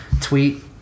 tweet